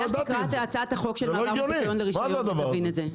אני מציע שתקרא את הצעת החוק של המעבר מזיכיון לרישיון ותבין את זה.